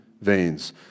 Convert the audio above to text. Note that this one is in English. veins